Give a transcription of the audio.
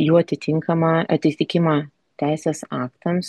jų atitinkamą atitikimą teisės aktams